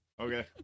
Okay